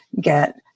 get